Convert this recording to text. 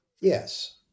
Yes